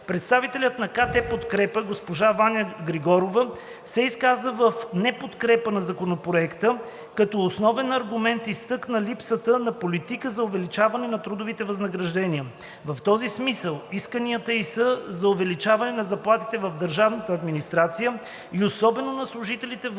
Представителят на КТ „Подкрепа“ госпожа Ваня Григорова се изказа в неподкрепа на Законопроекта, като основен аргумент изтъкна липсата на политика за увеличаване на трудовите възнаграждения. В този смисъл исканията ѝ са за увеличаване на заплатите в държавната администрация и особено на служителите в